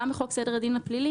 גם בחוק סדר הדין הפלילי,